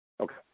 Okay